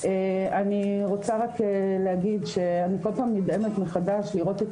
אני רוצה רק להגיד שאני כל פעם נדהמת מחדש לראות את